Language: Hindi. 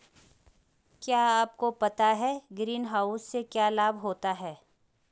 क्या आपको पता है ग्रीनहाउस से क्या लाभ होता है?